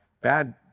bad